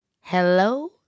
Hello